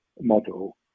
model